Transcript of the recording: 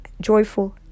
joyful